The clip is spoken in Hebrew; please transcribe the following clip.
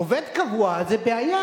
עובד קבוע זה בעיה,